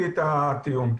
את הטיעון.